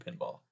Pinball